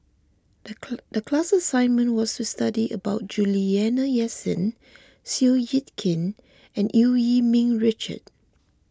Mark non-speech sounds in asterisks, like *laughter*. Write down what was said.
the *unintelligible* class assignment was to study about Juliana Yasin Seow Yit Kin and Eu Yee Ming Richard